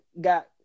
got